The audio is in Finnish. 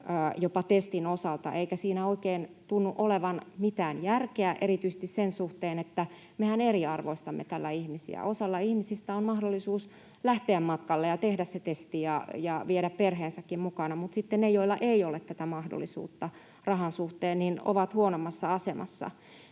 jopa testin osalta, eikä siinä oikein tunnu olevan mitään järkeä, erityisesti sen suhteen, että mehän eriarvoistamme tällä ihmisiä. Osalla ihmisistä on mahdollisuus lähteä matkalle ja tehdä se testi ja viedä perheensäkin mukana, mutta sitten ne, joilla ei ole tätä mahdollisuutta rahan suhteen, ovat huonommassa asemassa.